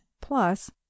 plus